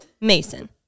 Mason